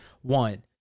One